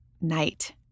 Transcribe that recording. night